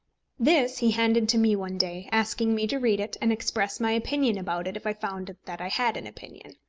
this he handed to me one day, asking me to read it, and express my opinion about it if i found that i had an opinion.